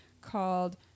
called